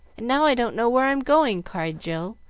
and now i don't know where i'm going! cried jill,